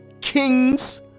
kings